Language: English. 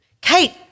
Kate